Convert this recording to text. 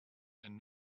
and